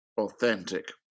authentic